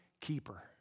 keeper